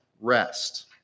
rest